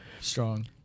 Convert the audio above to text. Strong